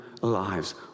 lives